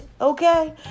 okay